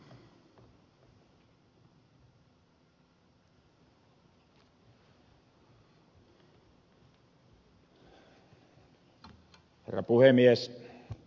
herra puhemies